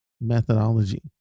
methodology